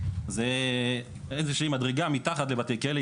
זה איזושהי מדרגה מתחת לבתי כלא,